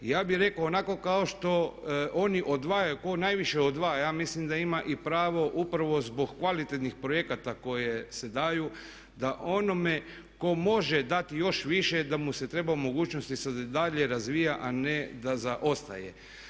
Ja bih rekao onako kao što oni odvajaju, tko najviše odvaja ja mislim da ima i pravo upravo zbog kvalitetnih projekata koji se daju da onome tko može dati još više da mu se treba omogućiti da se dalje razvija, a ne da zaostaje.